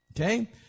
okay